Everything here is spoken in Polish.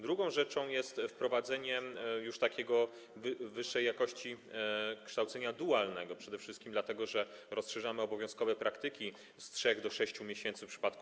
Drugą rzeczą jest wprowadzenie już wyższej jakości kształcenia dualnego, przede wszystkim dlatego, że rozszerzamy obowiązkowe praktyki z 3 do 6 miesięcy w przypadku